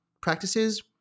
practices